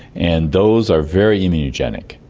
and those are very immunogenic.